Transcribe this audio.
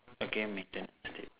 okay maintenance state